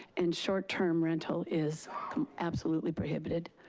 and short term rental is absolutely prohibited.